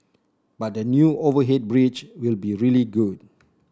but the new overhead bridge will be really good